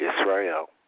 Israel